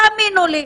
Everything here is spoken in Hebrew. תאמינו לי,